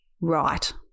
right